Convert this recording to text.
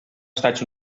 estats